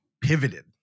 pivoted